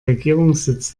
regierungssitz